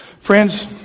Friends